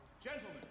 gentlemen